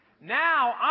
Now